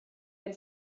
had